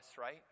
right